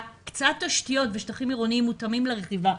הקצאת תשתיות ושטחים עירוניים מותאמים לרכיבה,